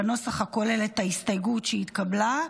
בנוסח הכולל את ההסתייגות שהתקבלה,